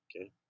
Okay